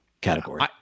category